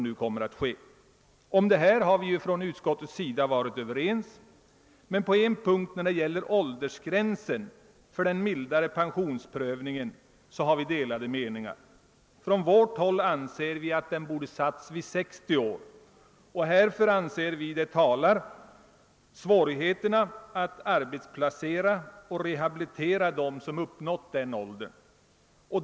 Vi har varit överens med utskottet men på en punkt, beträffande åldersgränsen för den mildare pensionsprövningen, råder delade meningar. Vi för vår del anser att gränsen borde ha satts vid 60 år och härför talar enligt vår åsikt svårigheterna att arbetsplacera och rehabilitera dem som uppnått den åldern.